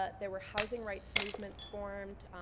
ah there were housing rights movements formed,